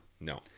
No